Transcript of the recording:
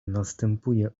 następuje